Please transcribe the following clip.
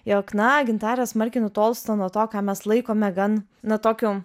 jog na gintarė smarkiai nutolsta nuo to ką mes laikome gan na tokiu